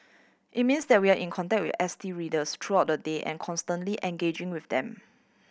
it means that we are in contact with S T readers throughout the day and constantly engaging with them